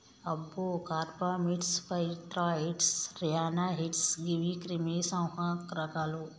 అబ్బో carbamates, pyrethroids, ryanoids గీవి క్రిమి సంహారకాలు